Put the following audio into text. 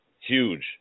Huge